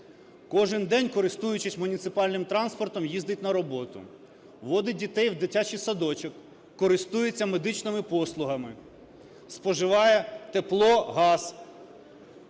кожен день, користуючись муніципальним транспортом, їздить на роботу, водить дітей в дитячий садочок, користується медичними послугами, споживає тепло, газ.